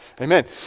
Amen